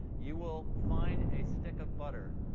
you will find a stick of butter.